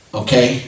okay